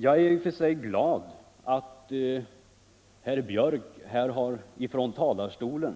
I och för sig är jag glad över att herr Björck från denna talarstol nu